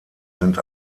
sind